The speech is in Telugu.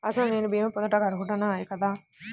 అసలు నేను భీమా పొందుటకు అర్హుడన కాదా?